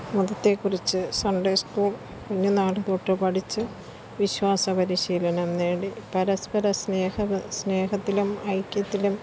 മതത്തെക്കുറിച്ച് Sunday school കുഞ്ഞുനാൾതൊട്ടുപഠിച്ച് വിശ്വാസപരിശീലനംനേടി പരസ്പരസ്നേഹ സ്നേഹത്തിലും ഐക്യത്തിലും